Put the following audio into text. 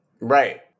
Right